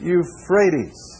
Euphrates